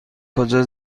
کجا